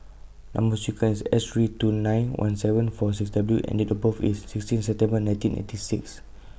Number sequence IS S three two nine one seven four six W and Date of birth IS sixteen September nineteen eighty six